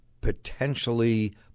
potentially